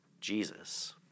Jesus